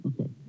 Okay